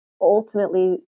ultimately